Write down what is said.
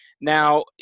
Now